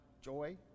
joy